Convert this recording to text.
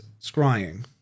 Scrying